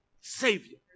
savior